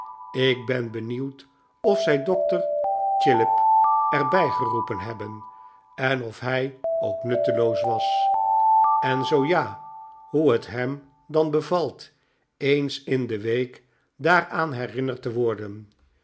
ik ben benieuwd of zij dokter chillip er bij geroepen hebben en of hij ook nutteloos was en zoo ja hoe het hem dan bevalt eens in de week daaraan herinnerd te worden